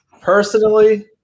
personally